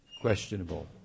questionable